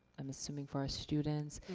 i'm assuming for our students?